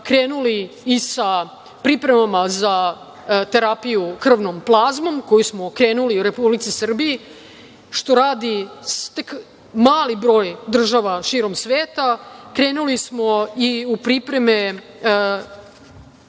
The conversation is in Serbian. krenuli i sa pripremama za terapiju krvnom plazmom, koju smo krenuli i u Republici Srbiji, što radi tek mali broj država širom sveta. Krenuli smo i u pripreme